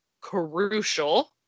crucial